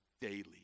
daily